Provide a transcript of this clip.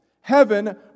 heaven